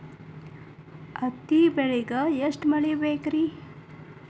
ಹತ್ತಿ ಬೆಳಿಗ ಎಷ್ಟ ಮಳಿ ಬೇಕ್ ರಿ?